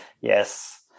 Yes